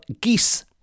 geese